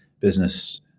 business